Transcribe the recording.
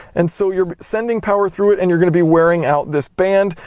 and so you're sending power through it, and you're going to be wearing out this band.